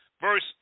verse